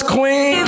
Queen